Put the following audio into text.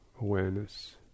awareness